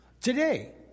Today